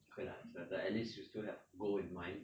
okay lah it's better at least you still have goal in mind